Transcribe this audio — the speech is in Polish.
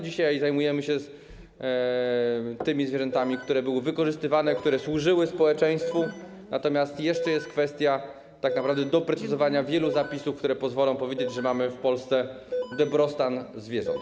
Dzisiaj zajmujemy się tymi zwierzętami, które były wykorzystywane, które służyły społeczeństwu, natomiast jeszcze jest kwestia tak naprawdę doprecyzowania wielu zapisów, które pozwolą powiedzieć, że mamy w Polsce dobrostan zwierząt.